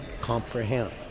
comprehend